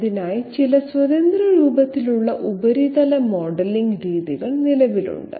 അതിനായി ചില സ്വതന്ത്ര രൂപത്തിലുള്ള ഉപരിതല മോഡലിംഗ് രീതികൾ നിലവിലുണ്ട്